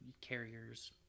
carriers